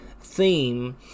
theme